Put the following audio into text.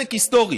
צדק היסטורי.